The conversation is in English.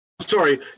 sorry